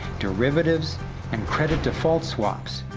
derivatives and credit default swaps,